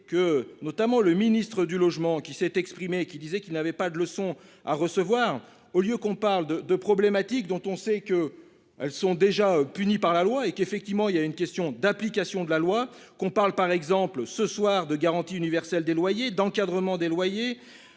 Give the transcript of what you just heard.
que notamment le ministre du Logement, qui s'est exprimé et qui disait qu'il n'avait pas de leçon à recevoir, au lieu qu'on parle de de problématiques dont on sait que elles sont déjà puni par la loi et qu'effectivement il y a une question d'application de la loi qu'on parle par exemple ce soir de garantie universelle des loyers d'encadrement des loyers.